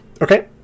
Okay